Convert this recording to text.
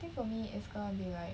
I think for me it's gonna be like